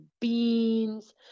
beans